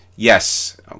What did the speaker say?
Yes